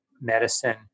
medicine